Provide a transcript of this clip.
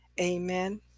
Amen